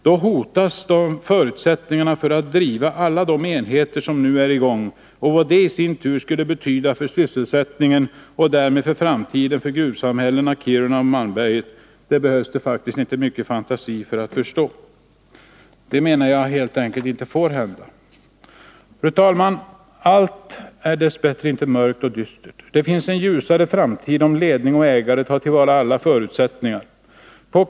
Då hotas förutsättningarna för att driva alla enheter som nu är i gång, och vad det i sin tur skulle betyda för sysselsättningen och därmed framtiden för gruvsamhällena Kiruna och Gällivare-Malmberget behövs det faktiskt inte mycket fantasi för att förstå. Detta får helt enkelt inte hända! Fru talman! Allt är dess bättre inte mörkt och dystert. Det finns en ljusare framtid, om ledning och ägare tar till vara alla förutsättningar.